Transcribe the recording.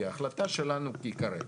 כי ההחלטה שלכם היא כרגע.